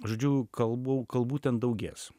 žodžiu kalbų kalbų ten daugės